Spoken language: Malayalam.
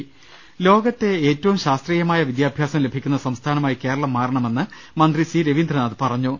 ലലലലലലലലലലലല ലോകത്തെ ഏറ്റവും ശാസ്ത്രീയമായ വിദ്യാഭ്യാസം ലഭി ക്കുന്ന സംസ്ഥാനമായി കേരളം മാറണമെന്ന് മന്ത്രി സി രവീ ന്ദ്രനാഥ് പറഞ്ഞു